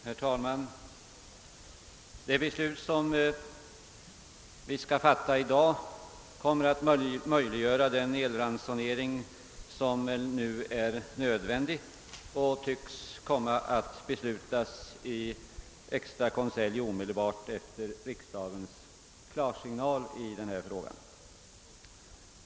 Herr talman! Det beslut som vi skall fatta i dag kommer att möjliggöra den elransonering som väl nu är nödvändig och tycks komma att beslutas i extra konselj omedelbart efter riksdagens klarsignal i denna fråga.